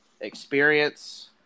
experience